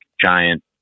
giant